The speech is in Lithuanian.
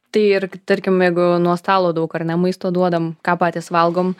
tai ir k tarkim jeigu nuo stalo daug ar ne maisto duodam ką patys valgom